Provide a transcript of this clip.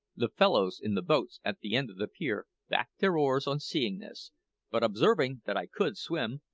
the fellows in the boats at the end of the pier backed their oars on seeing this but observing that i could swim,